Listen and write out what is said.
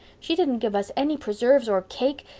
she didn't give us any preserves or cake.